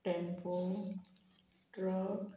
tempo truck